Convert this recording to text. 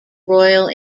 royal